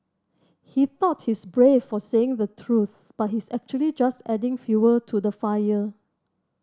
he thought he's brave for saying the truth but he's actually just adding fuel to the fire